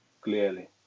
clearly